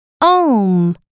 Om